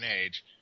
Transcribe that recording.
age